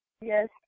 yes